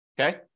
okay